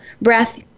breath